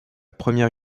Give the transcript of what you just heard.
première